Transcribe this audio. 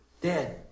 Dad